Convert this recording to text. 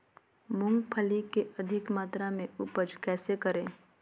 मूंगफली के अधिक मात्रा मे उपज कैसे करें?